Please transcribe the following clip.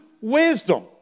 wisdom